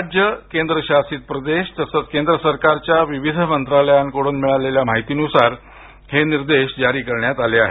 राज्य केंद्र शासित प्रदेश तसंच केंद्र सरकारची विविध मंत्रालयांकडून मिळालेल्या माहितीनुसार हे निर्देश जारी करण्यात आले आहेत